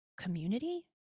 community